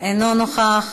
אינו נוכח,